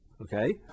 Okay